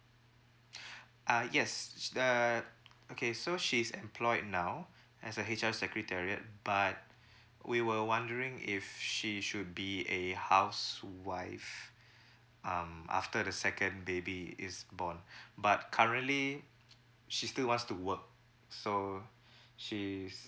uh yes uh okay so she's employed now as a H_R secretariat but we were wondering if she should be a housewife um after the second baby is born but currently she's still wants to work so she's